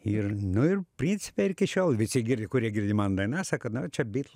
ir nu ir principe ir iki šiol visi girdi kurie girdi mano dainas sako nu čia bitlų